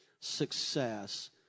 success